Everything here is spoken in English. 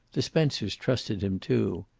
the spencers trusted him, too.